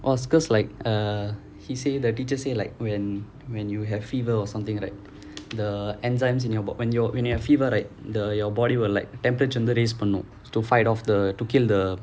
well because like err he say the teacher say like when when you have fever or something like the enzymes in your when you have a fever right the err your body will like temprature raise பண்ணும்:pannum to fight off the to kill the